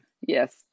Yes